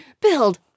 Build